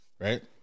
right